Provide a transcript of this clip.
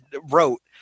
wrote